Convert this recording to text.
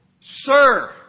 sir